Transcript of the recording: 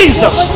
Jesus